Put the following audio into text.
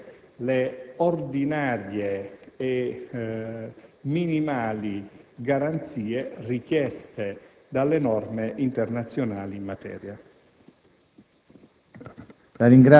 tanto da offrire le ordinarie e minimali garanzie richieste dalle norme internazionali in materia.